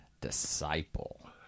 Disciple